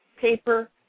paper